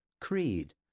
creed